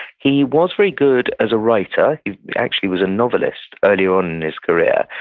he was very good as a writer. he actually was a novelist earlier on in his career,